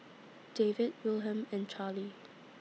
David Wilhelm and Charlie